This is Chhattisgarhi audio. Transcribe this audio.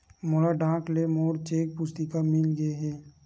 मोला डाक ले मोर चेक पुस्तिका मिल गे हे